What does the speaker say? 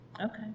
Okay